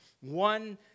one